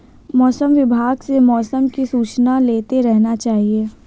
मौसम विभाग से मौसम की सूचना लेते रहना चाहिये?